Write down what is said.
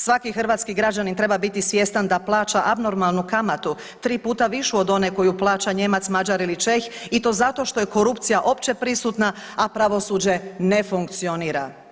Svaki hrvatski građanin treba biti svjestan da plaća abnormalnu kamatu 3 puta višu od one koju plaća Nijemac, Mađar ili Čeh i to zato što je korupcija opće prisutna, a pravosuđe na funkcionira.